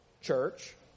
Church